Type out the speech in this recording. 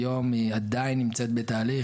היום היא עדיין נמצאת בתהליך,